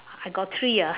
I got three ah